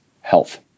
health